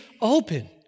open